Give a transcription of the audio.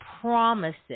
promises